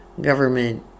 government